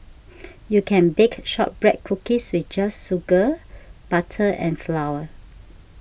you can bake Shortbread Cookies with just sugar butter and flour